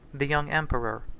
the young emperor,